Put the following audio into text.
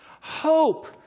Hope